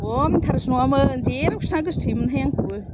खम एन्थारेस नङामोन जेरावखि थाङा गोसथोमोनहाय आंखौबो